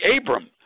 Abram